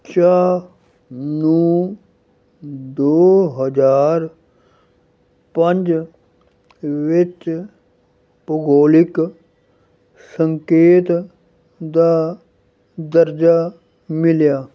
ਚਾਹ ਨੂੰ ਦੋ ਹਜ਼ਾਰ ਪੰਜ ਵਿੱਚ ਭੂਗੋਲਿਕ ਸੰਕੇਤ ਦਾ ਦਰਜਾ ਮਿਲਿਆ